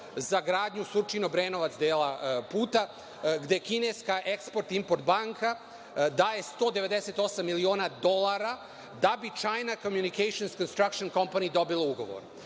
za gradnju Surčin – Obrenovac, dela puta, gde kineska „Eksport-import“ banka daje 198 miliona dolara da bi „China Communication Construction Company“ dobila ugovor.